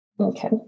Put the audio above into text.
Okay